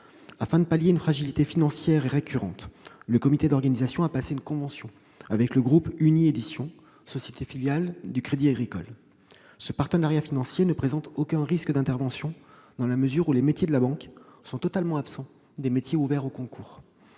Afin de pallier une fragilité financière récurrente, le comité d'organisation a passé une convention avec le groupe Uni-éditions, société filiale du Crédit Agricole. Ce partenariat financier ne présente aucun risque d'ingérence, dans la mesure où les métiers de la banque sont totalement absents des métiers ouverts au concours.